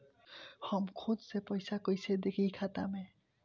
हम खुद से पइसा कईसे देखी खाता में?